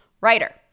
writer